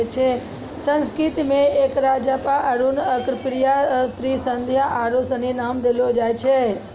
संस्कृत मे एकरा जपा अरुण अर्कप्रिया त्रिसंध्या आरु सनी नाम देलो गेल छै